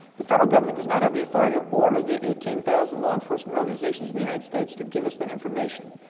the federal government does not have the authority to order the eighteen thousand law enforcement organizations in the united states to give us that information.